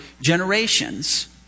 generations